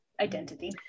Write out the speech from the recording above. identity